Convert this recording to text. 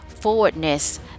forwardness